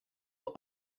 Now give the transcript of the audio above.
will